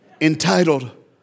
entitled